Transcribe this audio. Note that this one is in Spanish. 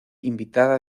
invitada